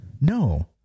no